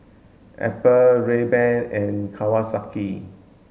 Apple Rayban and Kawasaki